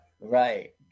Right